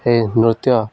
ହେ ନୃତ୍ୟ